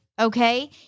Okay